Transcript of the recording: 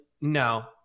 No